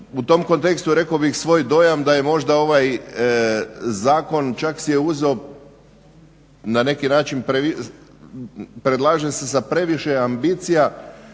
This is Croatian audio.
U tom kontekstu, rekao bih svoj dojam da je možda ovaj zakon, čak si je uzeo na neki način previše, predlaže se za previše ambicija,